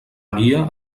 guia